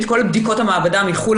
את כל בדיקות המעבדה מחו"ל,